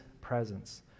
presence